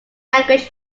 language